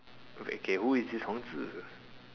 okay we who is this